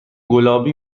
گلابی